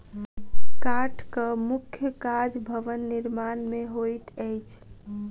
काठक मुख्य काज भवन निर्माण मे होइत अछि